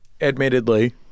admittedly